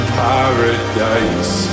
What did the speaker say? paradise